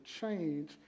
change